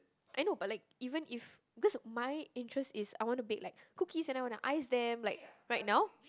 I know but like even if because my interest is I want to bake like cookies and I wanna ice them like right now